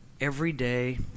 everyday